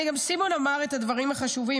סימון אמר את הדברים החשובים.